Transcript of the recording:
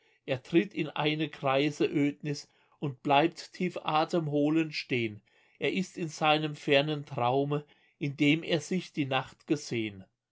er tritt in eine greise ödnis und bleibt tief atemholend steh'n er ist in seinem fernen traume in dem er sich die nacht geseh'n